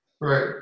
Right